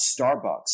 Starbucks